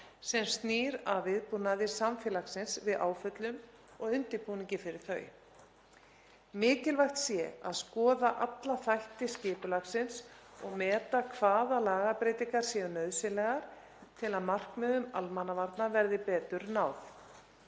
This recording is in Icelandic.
sem snýr að viðbúnaði samfélagsins við áföllum og undirbúningi fyrir þau. Mikilvægt sé að skoða alla þætti skipulagsins og meta hvaða lagabreytingar séu nauðsynlegar til að markmiðum almannavarna verði betur náð.